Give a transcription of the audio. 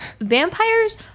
Vampires